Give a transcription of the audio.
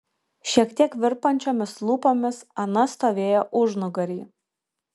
šiek tiek virpančiomis lūpomis ana stovėjo užnugary